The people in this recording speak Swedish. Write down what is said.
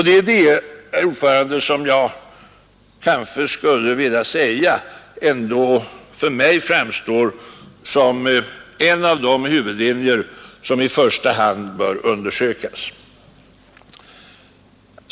Detta framstår för mig, skulle jag vilja säga, som en av de huvudlinjer som i första hand bör undersökas.